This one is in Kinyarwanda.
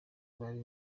bari